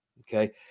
Okay